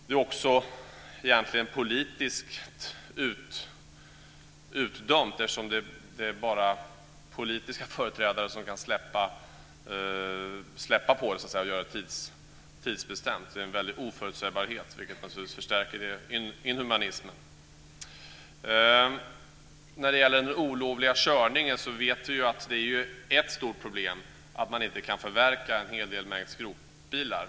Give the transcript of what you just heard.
Det är också politiskt utdömt, eftersom det bara är politiska företrädare som kan göra det tidsbestämt. Det är en stor oförutsägbarhet, vilket förstärker det inhumana. När det gäller den olovliga körningen vet vi att det är ett stort problem att man inte kan förverka en mängd skrotbilar.